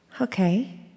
Okay